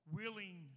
willing